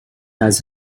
has